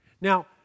Now